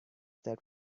that